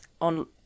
on